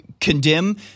condemn